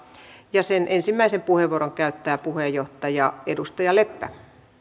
ja ensimmäisen puheenvuoron käyttää puheenjohtaja edustaja leppä